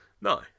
No